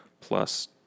plus